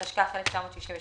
התשכ"ח-1968,